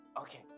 Okay